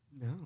No